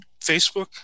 Facebook